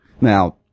Now